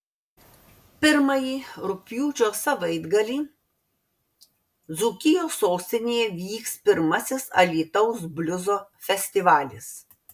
pirmąjį rugpjūčio savaitgalį dzūkijos sostinėje vyks pirmasis alytaus bliuzo festivalis